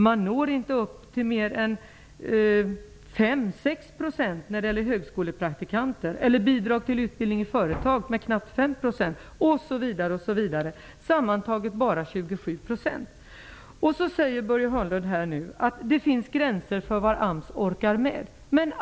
Man når inte upp till mer än 6 % när det gäller högskolepraktikanter, knappt 5 % när det gäller bidrag till utbildning i företag, osv, sammantaget bara 27 %. Börje Hörnlund säger här att det finns gränser för vad AMS orkar med.